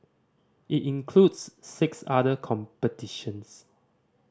it includes six other competitions